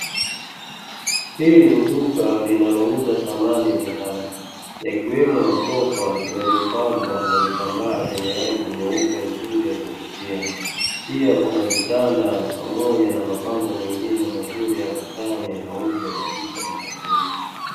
Hili ni duka linalouza samani za ndani, yakiwemo masofa yaliyopambwa kwa vitambaa vyenye rangi nyeupe nzuri yakuvutia. Pia kuna vitanda pamoja na mapambo mengine mazuri ya ukutani, yanayouzwa katika duka hilo.